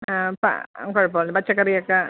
ആ പ കുഴപ്പമില്ല പച്ചക്കറി ഒക്കെ